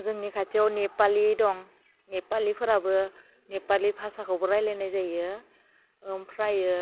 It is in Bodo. जोंनि खाथियाव नेपालि दं नेपालिफोराबो नेपालि भाषाखौबो रायलायनाय जायो ओमफ्रायो